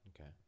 Okay